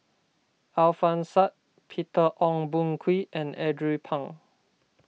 Alfian Sa'At Peter Ong Boon Kwee and Andrew Phang